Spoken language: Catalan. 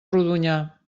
rodonyà